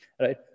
right